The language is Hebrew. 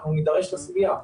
אנחנו נידרש לסוגיה,